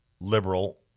liberal